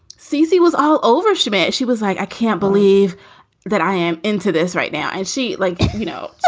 c c. was all over schmidt. she was like, i can't believe that i am into this right now. and she like, you know,